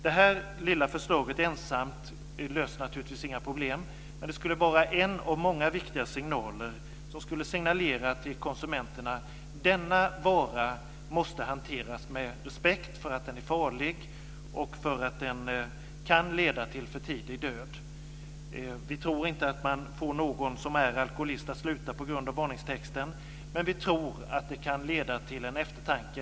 Det här lilla förslaget ensamt löser naturligtvis inga problem. Men det skulle vara en av många viktiga signaler som skulle signalera till konsumenterna: Denna vara måste hanteras med respekt därför att den är farlig och därför att den kan leda till för tidig död. Vi tror inte att man kan få någon som är alkoholist att sluta på grund av varningstexten. Men vi tror att det kan leda till en eftertanke.